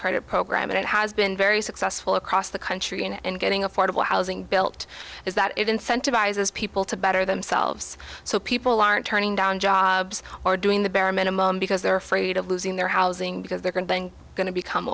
credit program and it has been very successful across the country and getting affordable housing built is that it incentivizes people to better themselves so people aren't turning down jobs or doing the bare minimum because they're afraid of losing their housing because they're going going to become